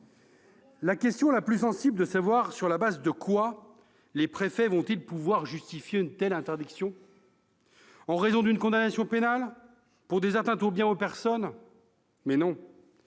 La question la plus sensible porte sur le fait de savoir sur quelle base les préfets vont pouvoir justifier une telle interdiction. En raison d'une condamnation pénale, pour des atteintes aux biens ou personnes ? Mais non